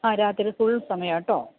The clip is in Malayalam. ആ രാത്രിയില് ഫുൾ സമയമാണ് കേട്ടോ